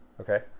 Okay